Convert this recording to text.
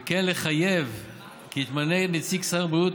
וכן לחייב כי יתמנה כנציג שר הבריאות